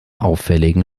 auffälligen